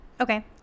Okay